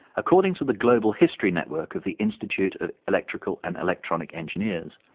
according to the global history network of the institute of electrical and electronic engineers,